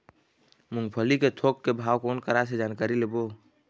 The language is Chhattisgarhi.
मूंगफली के थोक के भाव कोन करा से जानकारी लेबो?